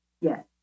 yes